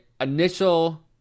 initial